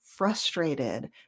frustrated